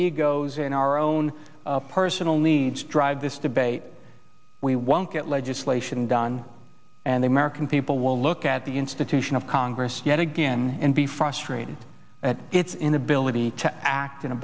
egos in our own personal needs drive this debate we won't get legislation done and the american people will look at the institution of congress yet again and be frustrated at its inability to act in a